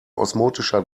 osmotischer